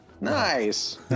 Nice